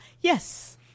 Yes